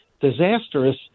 disastrous